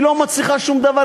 היא לא מצריכה שום דבר,